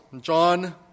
John